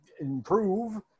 improve